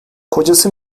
kocası